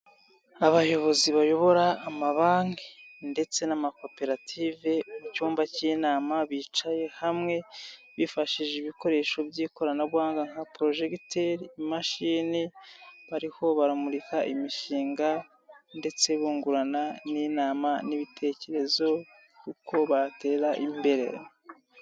Abayobozi bayobora amabanki ndetse n'amakoperative mu cyumba cy'inama bicaye hamwe bifashishije ibikoresho by'ikoranabuhanga nka porojegiteri, imashini bariho baramurika imishinga ndetse bungurana n'inama n'ibitekerezo uko batera imbere.